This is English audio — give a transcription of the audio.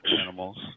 animals